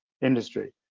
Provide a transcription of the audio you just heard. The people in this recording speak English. industry